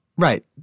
Right